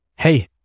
Hey